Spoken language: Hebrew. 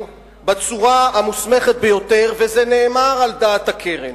בצורה המוסמכת ביותר, וזה נאמר על דעת הקרן,